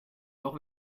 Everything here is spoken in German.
auch